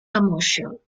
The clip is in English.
commercial